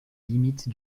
limites